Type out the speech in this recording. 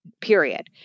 period